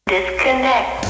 Disconnect